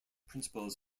principles